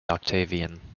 octavian